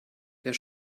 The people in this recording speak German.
der